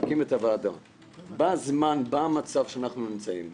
להקים את הוועדה בזמן, במצב שאנחנו נמצאים בו.